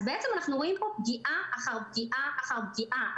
אנחנו רואים פה פגיעה אחר פגיעה אחר פגיעה.